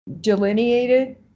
delineated